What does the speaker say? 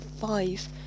five